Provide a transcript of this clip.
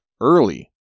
early